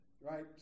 right